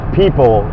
people